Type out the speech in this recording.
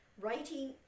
writing